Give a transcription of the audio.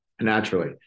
naturally